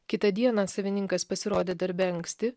kitą dieną savininkas pasirodė darbe anksti